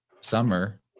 summer